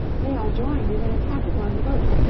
they all joined in an attack upon the boat,